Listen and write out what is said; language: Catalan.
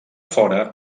fora